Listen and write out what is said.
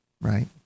right